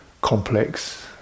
complex